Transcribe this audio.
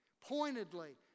pointedly